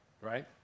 right